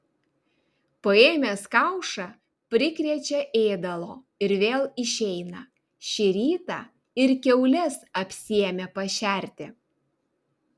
paėmęs kaušą prikrečia ėdalo ir vėl išeina šį rytą ir kiaules apsiėmė pašerti